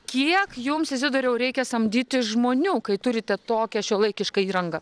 kiek jums izidoriau reikia samdyti žmonių kai turite tokią šiuolaikišką įrangą